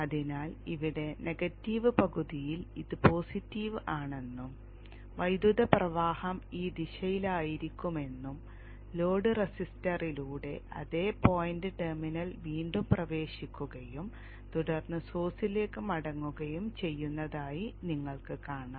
അതിനാൽ ഇവിടെ നെഗറ്റീവ് പകുതിയിൽ ഇത് പോസിറ്റീവ് ആണെന്നും വൈദ്യുത പ്രവാഹം ഈ ദിശയിലായിരിക്കുമെന്നും ലോഡ് റെസിസ്റ്ററിലൂടെ അതേ പോയിന്റ് ടെർമിനലിൽ വീണ്ടും പ്രവേശിക്കുകയും തുടർന്ന് സോഴ്സിലേക്ക് മടങ്ങുകയും ചെയ്യുന്നതായി നിങ്ങൾക്കു കാണാം